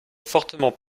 fortement